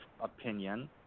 opinion